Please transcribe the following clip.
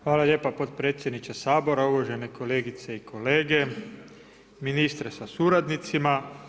Hvala lijepa potpredsjedniče Sabora, uvažene kolegice i kolege, ministre sa suradnicima.